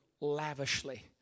lavishly